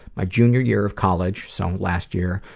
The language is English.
my junior year of college, so last year,